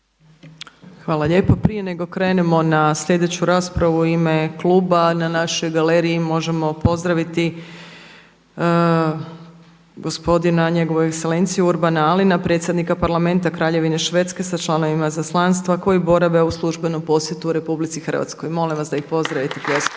Hvala lijepo. Prije nego krenemo na sljedeću raspravu u ime kluba, na našoj galeriji možemo pozdraviti gospodina njegovu ekselenciju Urbana Alina, predsjednika Parlamenta Kraljevine Švedske sa članovima izaslanstva koji borave u službenom posjetu Republici Hrvatskoj. Molim vas da ih pozdravite pljeskom.